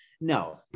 no